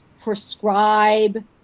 prescribe